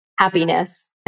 happiness